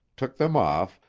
took them off,